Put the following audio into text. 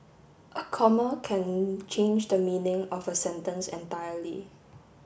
a comma can change the meaning of a sentence entirely